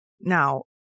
Now